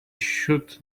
should